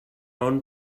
own